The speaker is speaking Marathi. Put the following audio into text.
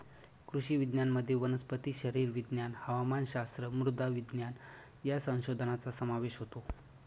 कृषी विज्ञानामध्ये वनस्पती शरीरविज्ञान, हवामानशास्त्र, मृदा विज्ञान या संशोधनाचा समावेश होतो